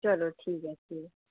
चलो ठीक ऐ ठीक ऐ